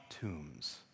tombs